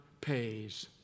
pays